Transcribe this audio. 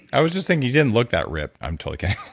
i was just thinking you didn't look that rip. i'm totally kidding.